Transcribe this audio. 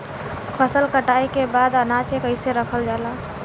फसल कटाई के बाद अनाज के कईसे रखल जाला?